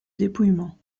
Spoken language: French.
dépouillement